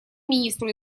министру